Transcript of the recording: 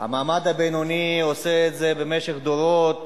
המעמד הבינוני עושה את זה במשך דורות,